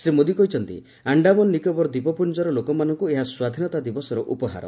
ଶ୍ରୀ ମୋଦୀ କହିଛନ୍ତି ଆଣ୍ଡାମାନ ନିକୋବର ଦ୍ୱୀପପୁଞ୍ଜର ଲୋକମାନଙ୍କୁ ଏହା ସ୍ୱାଧୀନତା ଦିବସର ଉପହାର